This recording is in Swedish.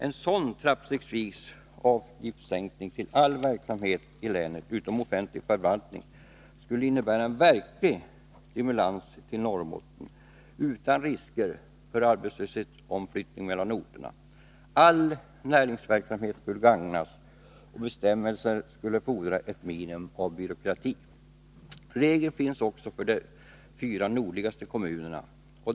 En sådan trappstegsvis avgiftssänkning till all verksamhet i länet, utom offentlig förvaltning, skulle innebära en verklig stimulans till Norrbotten, utan risker för arbetslöshetsomflyttning mellan orterna. All näringsverksamhet skulle gagnas, och bestämmelserna skulle fordra ett minimum av byråkrati. Regler finns redan för de fyra nordligaste kommunerna.